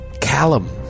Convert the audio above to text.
Callum